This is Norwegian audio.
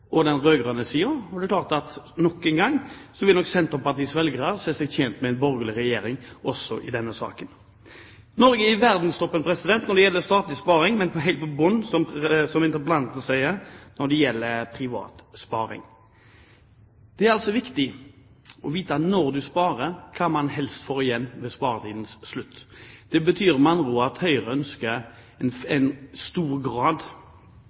mellom den borgerlige siden og den rød-grønne siden, og det er klart at nok en gang vil Senterpartiets velgere se seg tjent med en borgerlig regjering også i denne saken. Norge er i verdenstoppen når det gjelder statlig sparing, men helt på bunnen, som interpellanten sier, når det gjelder privat sparing. Når man sparer, er det viktig å vite hva man får igjen ved sparetidens slutt. Det betyr med andre ord at Høyre ønsker